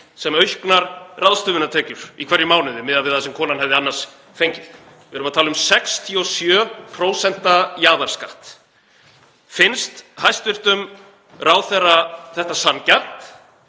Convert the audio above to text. sem auknar ráðstöfunartekjur í hverjum mánuði miðað við það sem konan hefði annars fengið. Við erum að tala um 67% jaðarskatt. Finnst hæstv. ráðherra þetta sanngjarnt?